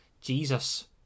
Jesus